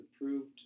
approved